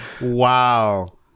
Wow